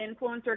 influencer